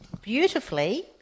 beautifully